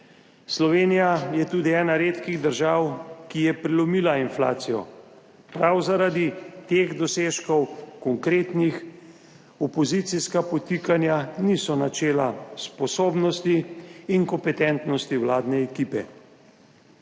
Slovenija je tudi ena redkih držav, ki je prelomila inflacijo. Prav zaradi teh konkretnih dosežkov opozicijska podtikanja niso načela sposobnosti in kompetentnosti vladne ekipe.